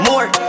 More